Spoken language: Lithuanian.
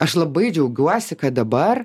aš labai džiaugiuosi kad dabar